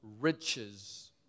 riches